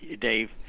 Dave